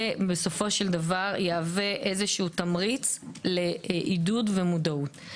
זה בסופו של דבר יהווה תמריץ לעידוד ומודעות.